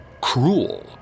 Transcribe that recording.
cruel